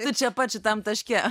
ir čia pat šitam taške